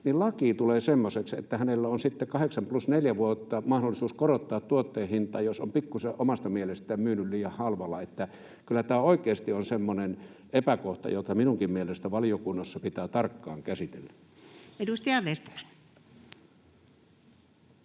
niin laki tulee semmoiseksi, että hänellä on sitten 8 plus 4 vuotta mahdollisuus korottaa tuotteen hintaa, jos on omasta mielestään myynyt pikkusen liian halvalla. Kyllä tämä on oikeasti semmoinen epäkohta, jota minunkin mielestäni valiokunnassa pitää tarkkaan käsitellä. [Speech